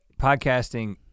podcasting